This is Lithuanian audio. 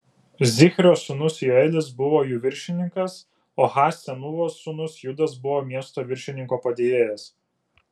zichrio sūnus joelis buvo jų viršininkas o ha senūvos sūnus judas buvo miesto viršininko padėjėjas